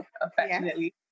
affectionately